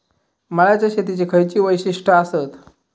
मळ्याच्या शेतीची खयची वैशिष्ठ आसत?